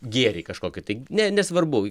gėrį kažkokį tai ne nesvarbu